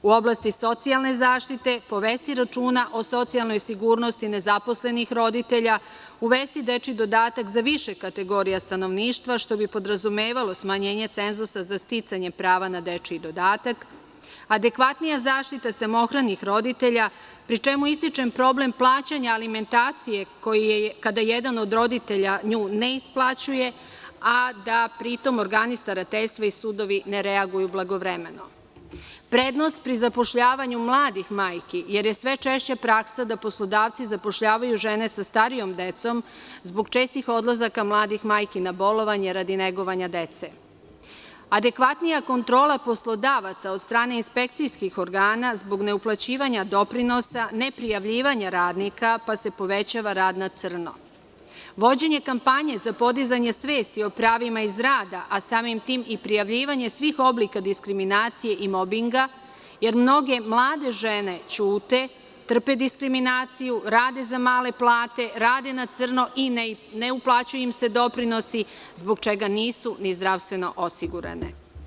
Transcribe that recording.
U oblasti socijalne zaštite, povesti računa o socijalnoj sigurnosti nezaposlenih roditelja; uvesti dečiji dodatak za više kategorija stanovništva, što bi podrazumevalo smanjenje cenzusa za sticanjem prava na dečiji dodatak, adekvatnija zaštita samohranih roditelja, pričemu ističem problem plaćanja alimentacije na koji, kada jedan od roditelja nju ne isplaćuje, organi starateljstva i sudovi ne reaguju blagovremeno; prednost pri zapošljavanju mladih majki, jer je sve češća praksa da poslodavci zapošljavaju žene sa starijom decom, zbog čestih odlazaka mladih majki na bolovanje radi negovanja dece; adekvatnija kontrola poslodavaca od strane inspekcijskih ograna zbog neuplaćivanja doprinosa; neprijavljivanje radnika pa se povećava rad na crno; vođenje kampanje za podizanje svesti o pravima iz rada, a samim tim i prijavljivanje svih oblika diskriminacije i mobinga jer mnoge mlade žene ćute i trpe diskriminaciju, rade za male plate, rade na crno i ne uplaćuje im se doprinos zbog čega nisu ni zdravstveno osigurane.